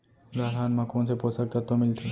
दलहन म कोन से पोसक तत्व मिलथे?